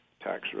tax